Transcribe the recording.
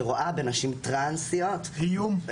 שרואה בנשים טרנסיות איום,